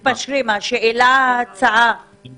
השאלה אם ההצעה לא מתפשרת.